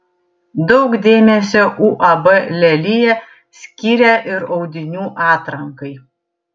daug dėmesio uab lelija skiria ir audinių atrankai